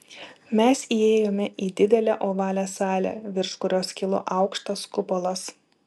mes įėjome į didelę ovalią salę virš kurios kilo aukštas kupolas